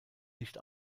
nicht